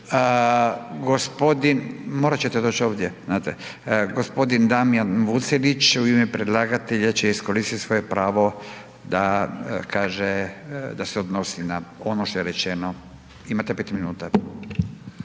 g. Damjan Vucelić u ime predlagatelja će iskoristit svoje pravo da kaže da se odnosi na ono što je rečeno, imate 5 minuta.